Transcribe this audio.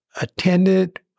attended